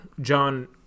John